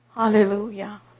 Hallelujah